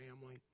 family